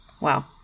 Wow